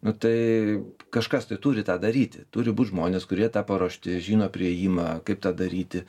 nu tai kažkas tai turi tą daryti turi būt žmonės kurie tą paruošti žino priėjimą kaip tą daryti